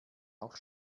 auch